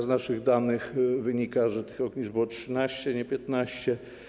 Z naszych danych wynika, że tych ognisk było 13, nie 15.